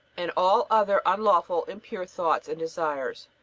and all other unlawful impure thoughts and desires.